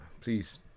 Please